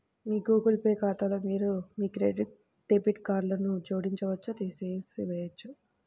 మీ Google Pay ఖాతాలో మీరు మీ క్రెడిట్, డెబిట్ కార్డ్లను జోడించవచ్చు, తీసివేయవచ్చు